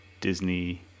Disney